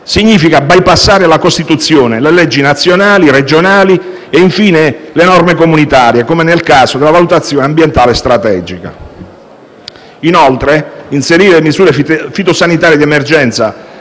significa bypassare la Costituzione, le leggi nazionali, regionali e, infine, le norme europee, come nel caso della Valutazione ambientale strategica (VAS). È gravissimo inoltre inserire le misure fitosanitarie di emergenza